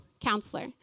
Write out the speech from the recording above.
counselor